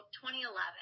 2011